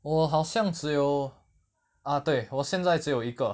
我好像只有 ah 对我现在只有一个